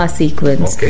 sequence